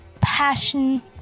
Passion